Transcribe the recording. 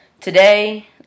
Today